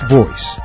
voice